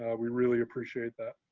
we really appreciate that.